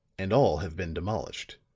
and all have been demolished.